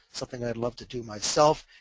something i'd love to do myself,